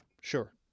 Sure